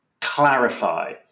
clarify